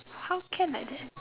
how can like that